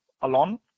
alone